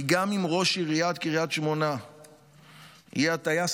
כי גם אם ראש עיריית קריית שמונה יהיה הטייס